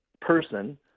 person